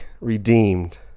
redeemed